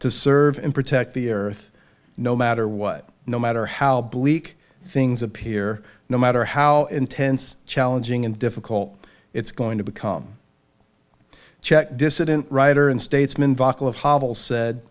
to serve and protect the earth no matter what no matter how bleak things appear no matter how intense challenging and difficult it's going to become checked dissident writer and states